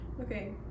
okay